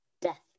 death